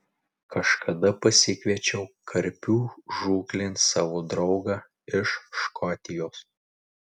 kažkada pasikviečiau karpių žūklėn savo draugą iš škotijos